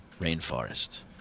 rainforest